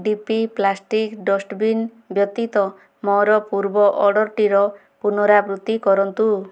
DP plastic dustbin ବ୍ୟତୀତ ମୋର ପୂର୍ବ ଅର୍ଡ଼ର୍ଟିର ପୁନରାବୃତ୍ତି କରନ୍ତୁ